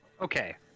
Okay